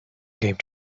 came